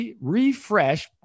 refresh